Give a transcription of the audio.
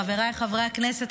חבריי חברי הכנסת,